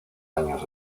años